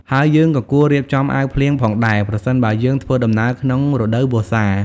ហើយយើងក៏គួររៀបចំអាវភ្លៀងផងដែរ ប្រសិនបើយើងធ្វើដំណើរក្នុងរដូវវស្សា។